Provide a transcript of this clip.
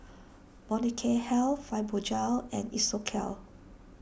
Molnylcke Health Fibogel and Isocal